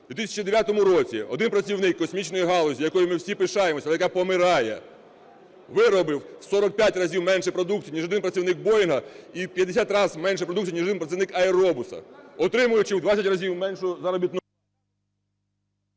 В 2009 році 1 працівник космічної галузі, якою ми всі пишаємося, яка помирає, виробив в 45 разів менше продукції, ніж 1 працівник "Боїнга" в і 50 раз менше продукції, ніж 1 працівник "Аеробуса", отримуючи в 20 разів меншу заробітну…